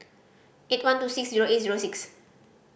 eight one two six zero eight zero six